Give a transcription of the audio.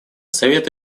совет